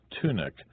tunic